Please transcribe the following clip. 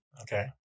Okay